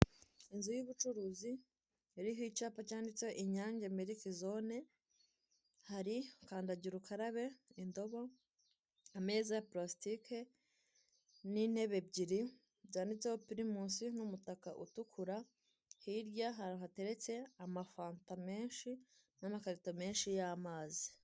Inzu y'ubucuruzi iriho icyapa cyanditseho inyange miliki zone hari kandagira ukarabe, indobo ameza ya parasitike n'intebe ebyiri zanditseho pirimusi n'umutaka utukura , hirya hari ahantu hateretse amafata menshi n'amakarito menshi y'amazi.